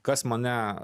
kas mane